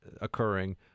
occurring